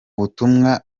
butumwa